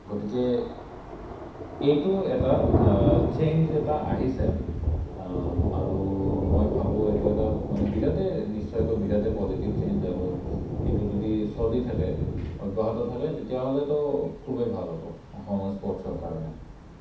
গতিকে এইটো এটা চেঞ্জ এটা আহিছে আৰু মই ভাবোঁ এইটো এটা বিৰাটেই নিশ্চয়কৈ বিৰাটেই পজিটিভ চেইঞ্জ আৰু এইটো যদি চলি থাকে অব্যাহত থাকে তেতিয়াহ'লে তো খুবেই ভাল হ'ব অসমৰ স্প'টচৰ কাৰণে